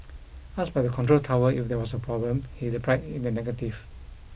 asked by the control tower if there was a problem he replied in the negative